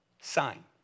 Sign